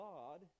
God